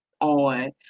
on